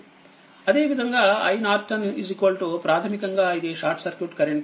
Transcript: అదేవిధంగా iNప్రాథమికంగా ఇది షార్ట్ సర్క్యూట్ కరెంట్